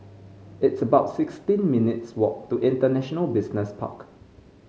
it's about sixteen minutes' walk to International Business Park